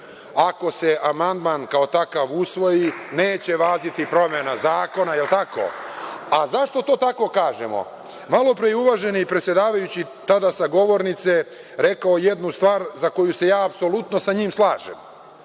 Ako se amandman kao takav usvoji, neće važiti promena zakona. Je li tako? A zašto to tako kažemo? Malopre je uvaženi predsedavajući, tada sa govornice, rekao jednu stvar za koju se ja apsolutno sa njim slažem.